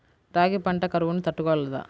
రాగి పంట కరువును తట్టుకోగలదా?